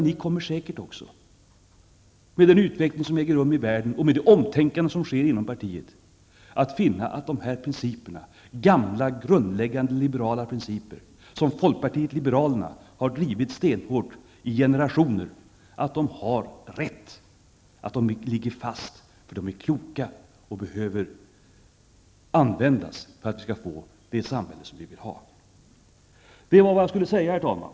De kommer säkert också, med den utveckling som äger rum i världen och med det omtänkande som sker inom partiet, att finna att de här principerna, gamla grundläggande liberala principer, som folkpartiet liberalerna har drivit stenhårt i generationer, är riktiga, att de ligger fast för att de är kloka och behöver användas för att vi skall få det samhälle som vi vill ha. Det är, herr talman, vad jag skulle säga.